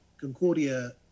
Concordia